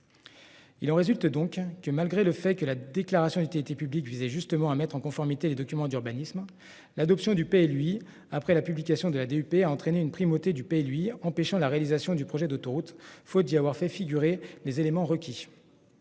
Il en résulte donc que malgré le fait que la déclaration d'utilité publique visait justement à mettre en conformité les documents d'urbanisme, l'adoption du pays lui après la publication de la DUP a entraîné une primauté du pays lui empêchant la réalisation du projet d'autoroute faut dit avoir fait figurer les éléments requis.